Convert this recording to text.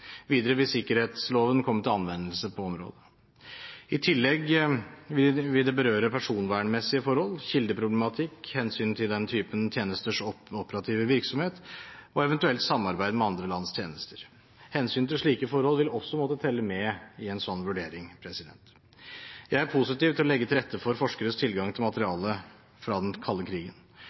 Videre vil sikkerhetsloven komme til anvendelse på området. I tillegg vil det berøre personvernmessige forhold, kildeproblematikk, hensynet til den typen tjenesters operative virksomhet og eventuelt samarbeid med andre lands tjenester. Hensyn til slike forhold vil også måtte telle med i en sånn vurdering. Jeg er positiv til å legge til rette for forskeres tilgang til materialet fra den kalde krigen.